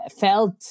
felt